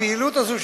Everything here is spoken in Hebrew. הפעילות הזאת,